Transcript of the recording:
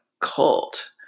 cult